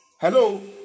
Hello